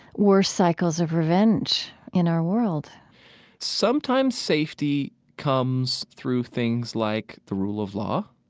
worst cycles of revenge in our world sometimes safety comes through things like the rule of law,